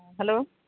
hello